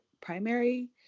primary